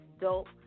dope